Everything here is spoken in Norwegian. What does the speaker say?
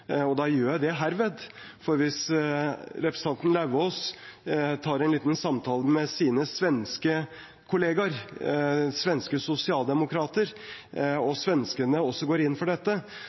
og da gjør jeg herved det. For hvis representanten Lauvås tar en liten samtale med sine svenske kollegaer, svenske sosialdemokrater, og svenskene også går inn for dette,